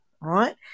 right